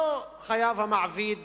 לא חייב המעביד